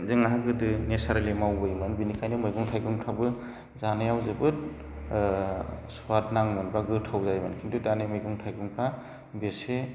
जोंहा गोदो नेचारेलि मावबोयोमोन बेनिखायनो मैगं थाइगंफ्राबो जानायाव जोबोद स्वाद नाङोमोन बा गोथाव जायोमोन खिन्थु दानि मैगं थाइगंफ्रा बेसे